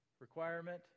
Requirement